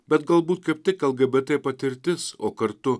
bet galbūt kaip tik lgbt patirtis o kartu